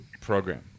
program